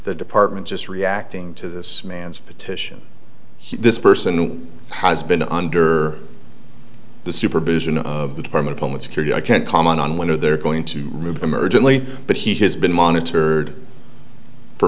the department just reacting to this man's petition he this person has been under the supervision of the department of homeland security i can't comment on whether they're going to remove them urgently but he has been monitored for